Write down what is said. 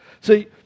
See